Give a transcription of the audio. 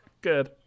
Good